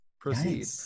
proceed